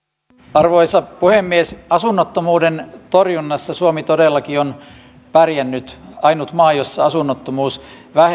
arvoisa puhemies asunnottomuuden torjunnassa suomi todellakin on pärjännyt ainut maa jossa asunnottomuus